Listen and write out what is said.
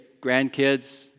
grandkids